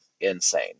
insane